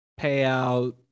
payout